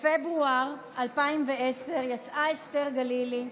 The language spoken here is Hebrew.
בפברואר 2010 יצאה אסתר גלילי,